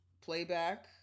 playback